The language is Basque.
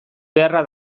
beharra